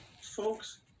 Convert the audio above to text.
Folks